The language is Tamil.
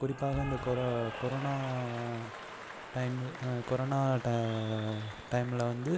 குறிப்பாக இந்த கொரோ கொரோனா டைமு கொரோனா ட டைம்ல வந்து